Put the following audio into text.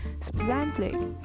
splendidly